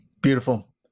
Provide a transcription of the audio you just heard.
beautiful